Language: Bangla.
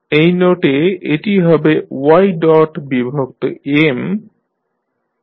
এই নোটে এটি হবে y ডট বিভক্ত M